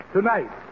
Tonight